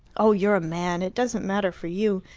oh, you're a man! it doesn't matter for you.